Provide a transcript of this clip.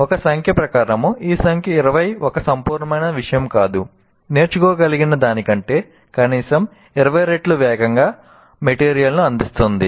ఒక సంఖ్య ప్రకారం నేర్చుకోగలిగిన దానికంటే కనీసం 20 రెట్లు వేగంగా పదార్థాలను అందిస్తుంది